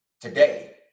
Today